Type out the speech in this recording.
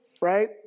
right